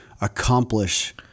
accomplish